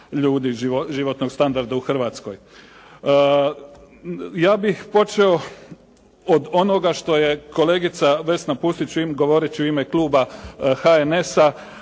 ljudi, životnog standarda u Hrvatskoj. Ja bih počeo od onoga što je kolegica Pusić, govoreći u ime kluba HNS-a,